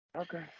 Okay